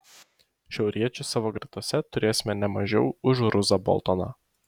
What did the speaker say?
šiauriečių savo gretose turėsime ne mažiau už ruzą boltoną